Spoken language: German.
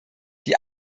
die